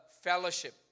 fellowship